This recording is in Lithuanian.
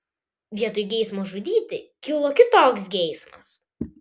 vietoj geismo žudyti kilo kitoks geismas